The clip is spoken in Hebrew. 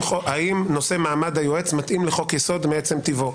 נושא מעמד היועץ מתאים לחוק יסוד מעצם טיבו.